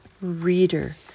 reader